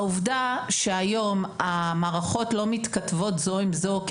העובדה שהיום המערכות לא מתכתבות זו עם זו כי